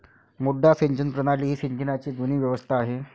मुड्डा सिंचन प्रणाली ही सिंचनाची जुनी व्यवस्था आहे